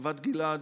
חוות גלעד,